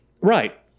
Right